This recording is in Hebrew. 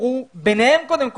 וידברו ביניהם קודם כל.